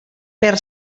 per